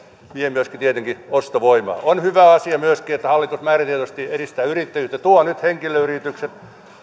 myöskin tietenkin ostovoimaa on hyvä asia myöskin että hallitus määritellysti edistää yrittäjyyttä ja tuo nyt henkilöyritykset